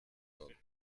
kommen